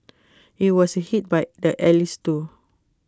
IT was hit by the allies too